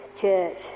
church